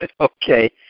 Okay